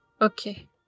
Okay